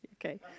Okay